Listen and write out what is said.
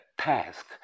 task